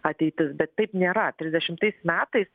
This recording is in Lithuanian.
ateitis bet taip nėra trisdešimtais metais